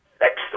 next